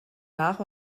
nach